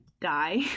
die